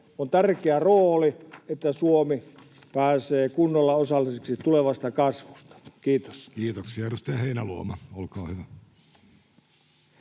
on tärkeä rooli siinä, että Suomi pääsee kunnolla osalliseksi tulevasta kasvusta. — Kiitos. Kiitoksia. — Edustaja Heinäluoma, olkaa hyvä.